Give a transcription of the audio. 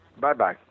Bye-bye